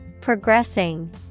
progressing